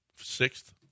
Sixth